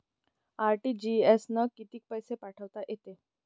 RTGS न कितीक पैसे पाठवता येते?